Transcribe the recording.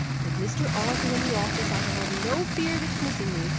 with mr. arthur in the office, i shall have no fear of its missing me,